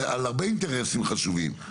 את הטרקטורים הגדולים אבל